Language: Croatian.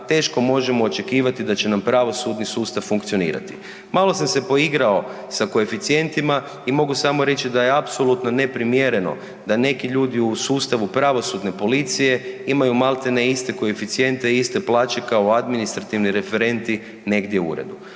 teško možemo očekivati da će nam pravosudni sustav funkcionirati. Malo sam se poigrao sa koeficijentima i mogu samo reći da je apsolutno neprimjereno da neki ljudi u sustavu pravosudne policije imaju maltene iste koeficijente i iste plaće kao administrativni referenti negdje u uredu.